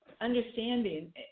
understanding